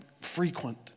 frequent